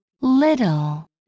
Little